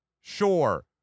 sure